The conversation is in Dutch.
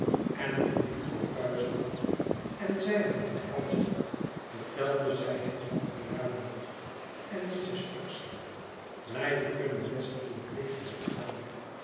en toen duco thuis kwam en zij hem omhelsde vertelde zij hem van urania en mrs uxeley blij te kunnen nestelen tegen hem aan